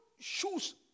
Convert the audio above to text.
Shoes